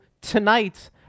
tonight